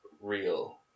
real